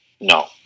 No